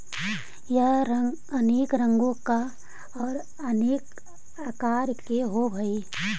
यह अनेक रंगों का और अनेक आकार का होव हई